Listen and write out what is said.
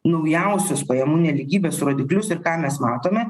naujausius pajamų nelygybės rodiklius ir ką mes matome